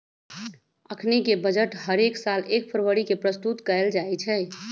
अखनीके बजट हरेक साल एक फरवरी के प्रस्तुत कएल जाइ छइ